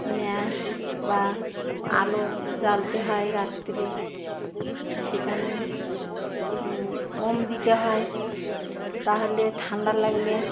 মেয়াস বা আলো জ্বালতে হয় রাত্রে সেখানে ওম দিতে হয় তাহলে ঠান্ডা লাগলে